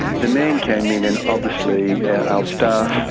the man came in and obviously our staff,